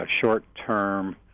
short-term